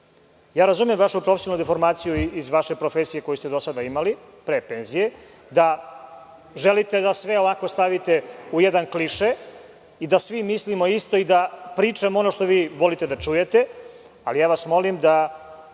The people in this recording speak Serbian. Razumem vašu profesionalnu deformaciju iz vaše profesije koju ste do sada imali pre penzije da želite da sve lako stavite u jedan kliše i da svi mislimo isto i da pričamo ono što vi volite da čujete. Ali, vas molim ako